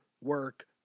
work